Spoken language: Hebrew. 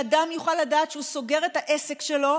שאדם יוכל לדעת שהוא סוגר את העסק שלו,